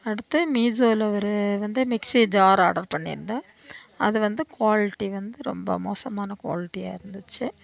அடுத்து மீசோவில ஒரு வந்து மிக்ஸி ஜார் ஆடர் பண்ணியிருந்தேன் அது வந்து குவாலிட்டி வந்து ரொம்ப மோசமான குவாலிட்டியாக இருந்துச்சு